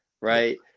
Right